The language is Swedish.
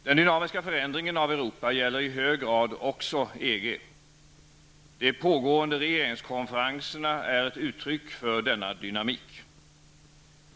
Den dynamiska förändringen av Europa gäller i hög grad också EG. De pågående regeringskonferenserna är ett uttryck för denna dynamik.